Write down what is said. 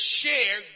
share